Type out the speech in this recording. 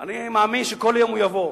אני מאמין שכל יום הוא יבוא,